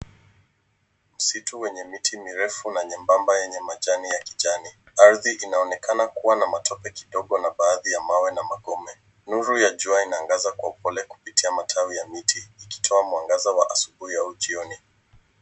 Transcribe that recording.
Msitu wenye miti mirefu na nyembamba yenye majani ya kijani. Arthi inaonekana kuwa na matope kidogo mawe na magome. Nuru ya jua inaangaza kwa pole kupitia matawi ya miti ikotoa mwangaza wa asubuhi au jioni.